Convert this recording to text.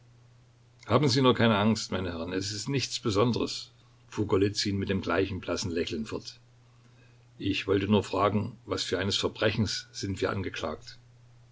haben sie nur keine angst meine herren es ist nichts besonderes fuhr golizyn mit dem gleichen blassen lächeln fort ich wollte nur fragen was für eines verbrechens sind wir angeklagt